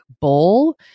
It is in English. bowl